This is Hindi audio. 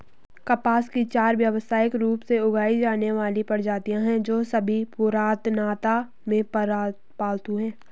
कपास की चार व्यावसायिक रूप से उगाई जाने वाली प्रजातियां हैं, जो सभी पुरातनता में पालतू हैं